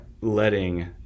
letting